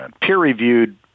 peer-reviewed